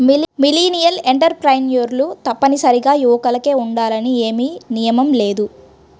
millennial ఎంటర్ప్రెన్యూర్లు తప్పనిసరిగా యువకులే ఉండాలని ఏమీ నియమం లేదు